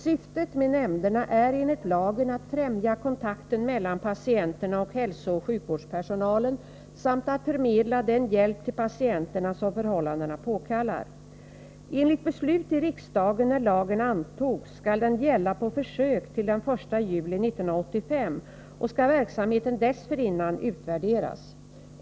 Syftet med nämnderna är enligt lagen att främja kontakten mellan patienterna och hälsooch sjukvårdspersonalen samt att förmedla den hjälp till patienterna som förhållandena påkallar. Enligt beslut i riksdagen när lagen antogs skall den gälla på försök till den 1 juli 1985 och skall verksamheten dessförinnan utvärderas.